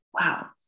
wow